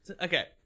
okay